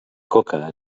coca